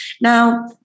Now